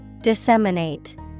Disseminate